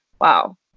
wow